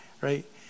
right